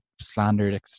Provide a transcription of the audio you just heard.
slandered